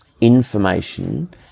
information